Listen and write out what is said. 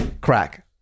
crack